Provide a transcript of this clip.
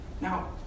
Now